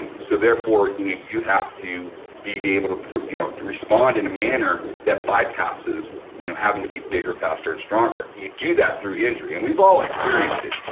and so therefore, you you have to be be able to you know respond in manner that bypasses you know having to be bigger, faster and stronger. you do that through injury, and we've all experienced it.